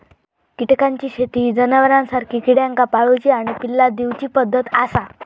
कीटकांची शेती ही जनावरांसारखी किड्यांका पाळूची आणि पिल्ला दिवची पद्धत आसा